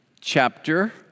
chapter